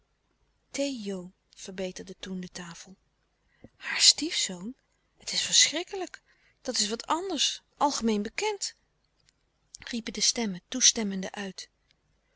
t h e o verbeterde toen de tafel haar stiefzoon het is verschrikkelijk dat is wat anders algemeen bekend riepen de stemmen toestemmende uit